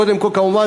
כמובן,